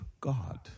God